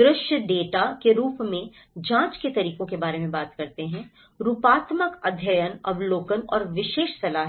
दृश्य डेटा के रूप में जांच के तरीकों के बारे में बात करते हैं रूपात्मक अध्ययन अवलोकन और विशेषज्ञ सलाह